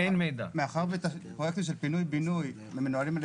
מאחר ופרויקטים של פינוי בינוי מנוהלים על